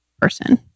person